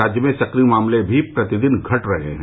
राज्य में सक्रिय मामले भी प्रतिदिन घट रहे हैं